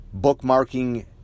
Bookmarking